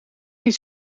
niet